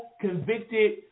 convicted